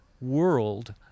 world